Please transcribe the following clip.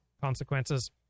consequences